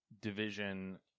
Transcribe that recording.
Division